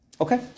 Okay